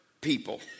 people